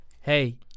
hey